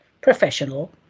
professional